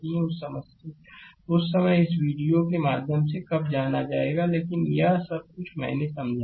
उस समय इस वीडियोके माध्यम से कब जाना जाएगा लेकिन यह सब कुछ मैंने समझाया है